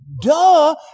duh